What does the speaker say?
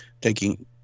taking